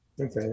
okay